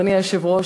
אדוני היושב-ראש,